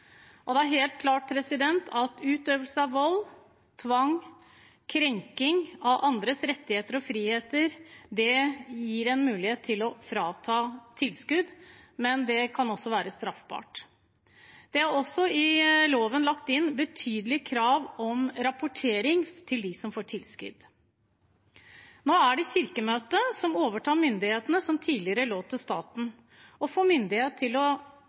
Det er helt klart at utøvelse av vold, tvang og krenking av andres rettigheter og friheter gir en mulighet til å frata tilskudd, men det kan også være straffbart. Det er også i loven lagt inn betydelige krav om rapportering til dem som får tilskudd. Nå er det Kirkemøtet som overtar myndighetene som tidligere lå til staten, og får myndighet til å fastsette nærmere regler om organiseringen. Jeg mener Kirken er best til å